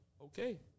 Okay